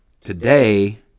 today